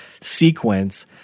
sequence